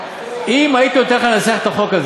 אם הייתי נותן לך לנסח את החוק,